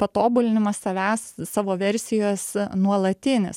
patobulinimas savęs savo versijos nuolatinis